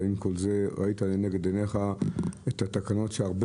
ועם כל זה ראית לנגד עיניך את התקנות שהרבה